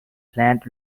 plant